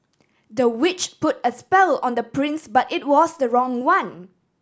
the witch put a spell on the prince but it was the wrong one